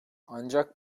ancak